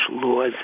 laws